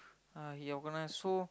uh you gonna show